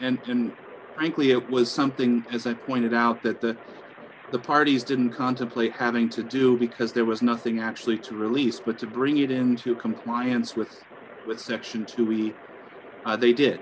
thankfully it was something that pointed out that the the parties didn't contemplate having to do because there was nothing actually to release but to bring it into compliance with with section two we they did